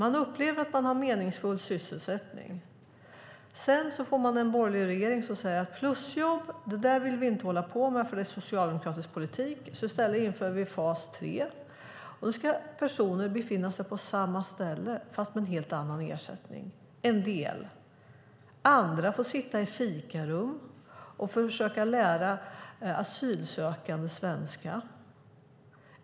De upplever att de har meningsfull sysselsättning. Sedan får vi en borgerlig regering som säger att plusjobb vill vi inte hålla på med, för det är socialdemokratisk politik. I stället inför de fas 3. Då ska personer befinna sig på samma ställe fast med en helt annan ersättning - en del av dem. Andra får sitta i fikarum och försöka lära asylsökande svenska.